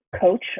coach